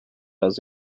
does